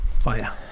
fire